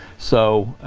so,